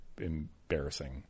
embarrassing